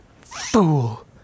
fool